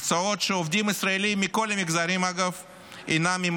מקצועות שעובדים ישראלים, מכל המגזרים, אגב,